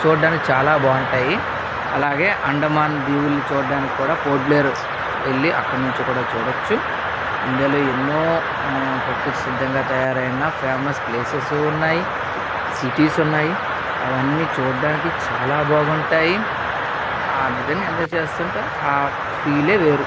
చూడటానికి చాలా బాగుంటాయి అలాగే అండమాన్ దీవుల్ని చూడటానికి కూడా పోర్ట్ బ్లేర్ వెళ్ళి అక్కడ నుంచి కూడా చూడ వచ్చు ఇండియాలో ఎన్నో ప్రకృతి సిద్ధంగా తయారైన ఫేమస్ ప్లేసెస్ ఉన్నాయి సిటీస్ ఉన్నాయి అవన్నీ చూడటానికి చాలా బాగుంటాయి ఆ నిజంగా ఎంజాయ్ చేస్తుంటే ఆ ఫీలే వేరు